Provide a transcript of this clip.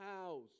house